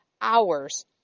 hours